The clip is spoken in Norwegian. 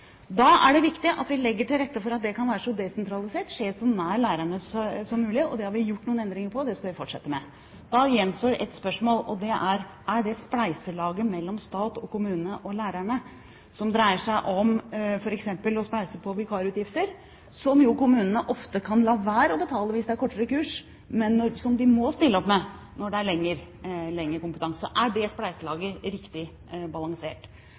rette for at det kan være så desentralisert som mulig, og skje så nær lærerne som mulig. Det har vi gjort noen endringer på, og det skal vi fortsette med. Da gjenstår ett spørsmål, og det er: Er det spleiselaget mellom stat og kommune og lærere, som f.eks. dreier seg om å spleise på vikarutgifter, som kommunene ofte kan la være å betale hvis det er kortere kurs, men som de må stille opp med når det er lengre kompetansekurs, riktig balansert? Det